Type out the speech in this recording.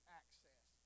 access